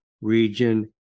region